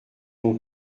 mon